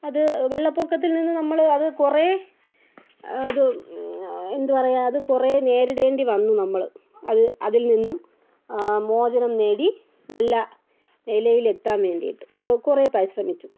അത് വെള്ളപ്പൊക്കത്തിൽ നിന്ന് നമ്മൾ അത് കുറെ അത് എന്തു പറയാൻ അത് കുറെ നേരിടേണ്ടി വന്നു നമ്മൾ അത് അതിൽ നിന്നും മോചനം നേടി നല്ല നിലയിൽ എത്താൻ വേണ്ടിയിട്ട് കു കുറെ പരിശ്രമിച്ചു